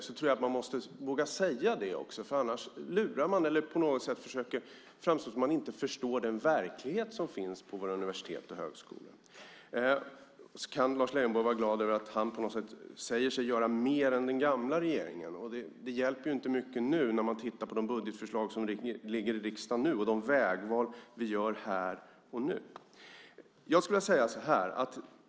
Jag tror att man också måste våga säga det, annars luras man eller försöker på något sätt framstå som att man inte förstår den verklighet som finns på våra universitet och högskolor. Lars Leijonborg säger sig göra mer än den gamla regeringen. Det hjälper inte mycket nu när man tittar på de budgetförslag som finns i riksdagen nu och de vägval som vi gör här och nu.